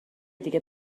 دیگه